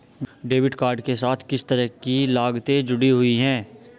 Debit card के साथ किस तरह की लागतें जुड़ी हुई हैं?